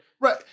Right